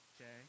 Okay